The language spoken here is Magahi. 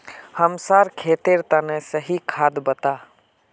हमसार खेतेर तने सही खाद बता